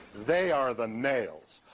they are the nails.